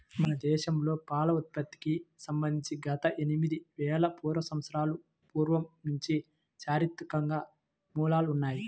మన దేశంలో పాల ఉత్పత్తికి సంబంధించి గత ఎనిమిది వేల సంవత్సరాల పూర్వం నుంచి చారిత్రక మూలాలు ఉన్నాయి